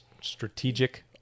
strategic